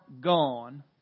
gone